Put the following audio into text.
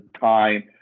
time